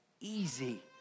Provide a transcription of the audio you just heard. easy